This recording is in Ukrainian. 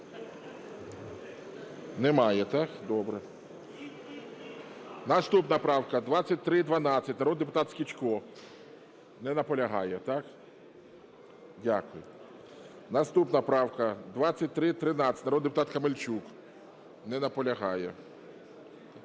Немає, так? Добре. Наступна правка – 2312, народний депутат Скічко. Не наполягає, так? Дякую. Наступна правка – 2313, народний депутат Камельчук. Не наполягає.